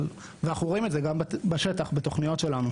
ואנחנו רואים את זה גם בשטח בתוכניות שלנו,